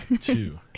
Two